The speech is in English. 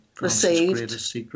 Received